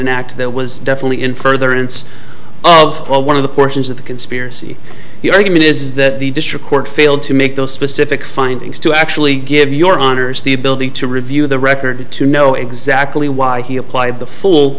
an act that was definitely in further it's of one of the portions of the conspiracy the argument is that the district court failed to make those specific findings to actually give your honour's the ability to review the record to know exactly why he applied the